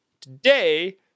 today